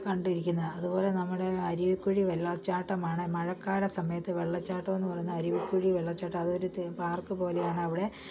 കണ്ടിരിക്കുന്നത് അതുപോലെ നമ്മുടെ അരുവിക്കുഴി വെള്ളച്ചാട്ടമാണ് മഴക്കാല സമയത്ത് വെള്ളാച്ചാട്ടമെന്നു പറയുന്നത് അരുവിക്കുഴി വെള്ളച്ചാട്ടമാണ് അതൊരു തീം പാർക്ക് പോലെയാണവിടെ